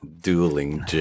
dueling